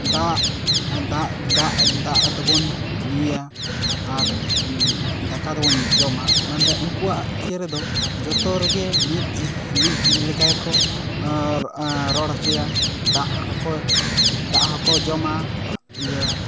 ᱫᱟᱜ ᱫᱟᱜ ᱫᱟᱜ ᱫᱚᱵᱚᱱ ᱧᱩᱭᱟ ᱟᱨ ᱫᱟᱠᱟ ᱫᱚᱵᱚᱱ ᱡᱚᱢᱟ ᱢᱮᱱᱫᱚ ᱩᱱᱠᱩᱭᱟᱜ ᱤᱭᱟᱹᱨᱮᱫᱚ ᱡᱚᱛᱚ ᱨᱮᱜᱮ ᱢᱤᱫ ᱢᱤᱫ ᱞᱮᱠᱟ ᱜᱮᱠᱚ ᱨᱚᱲ ᱚᱪᱚᱭᱟ ᱫᱟᱜ ᱦᱚᱠᱚ ᱫᱟᱜ ᱦᱚᱠᱚ ᱡᱚᱢᱟ ᱤᱭᱟᱹ